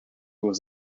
was